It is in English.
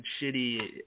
shitty